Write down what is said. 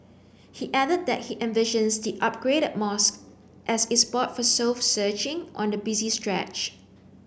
he added that he envisions the upgraded mosque as a spot for soul searching on the busy stretch